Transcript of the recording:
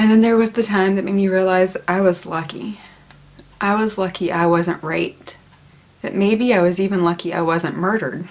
and there was this time that made me realize that i was lucky i was lucky i wasn't rate that maybe i was even lucky i wasn't murdered